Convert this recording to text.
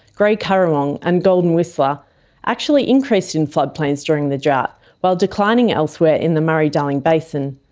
grey currawong and golden whistler actually increased in floodplains during the drought, while declining elsewhere in the murray darling basin,